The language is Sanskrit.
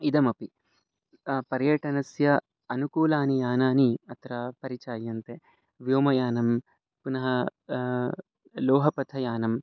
इदमपि पर्यटनस्य अनुकूलानि यानानि अत्र परिचायन्ते व्योमयानं पुनः लोहपथयानं